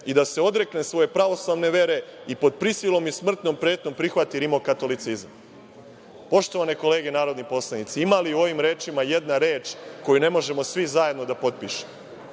i da se odrekne svoje pravoslavne vere i pod prisilom i smrtnom pretnjom prihvati rimokatolicizam. Poštovane kolege narodni poslanici, ima li u ovim rečima jedna reč koju ne možemo svi zajedno da potpišemo?